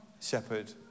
shepherd